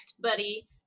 buddy